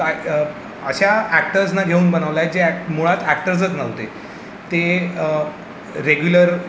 काय अशा ॲक्टर्सना घेऊन बनवला आहे जे ॲक्ट मुळात ॲक्टर्सच नव्हते ते रेग्युलर